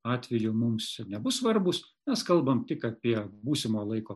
atveju mums nebus svarbūs mes kalbam tik apie būsimo laiko